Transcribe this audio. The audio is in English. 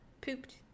pooped